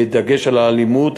בדגש על האלימות,